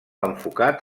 enfocat